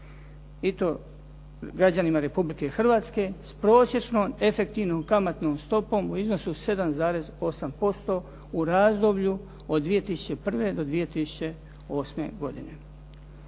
I to građanima Republike Hrvatske s prosječnom efektivnom kamatnom stopom u iznosu od 7,8% u razdoblju od 2001. do 2008. godine.